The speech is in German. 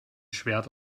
schwert